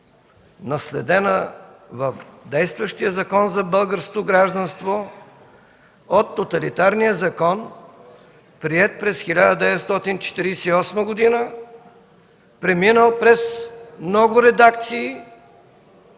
наследена в действащия Закон за българското гражданство от тоталитарния закон, приет през 1948 г., преминал през много редакции